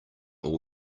all